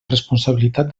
responsabilitat